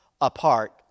apart